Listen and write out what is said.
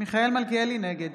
נגד